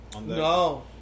No